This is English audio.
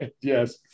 Yes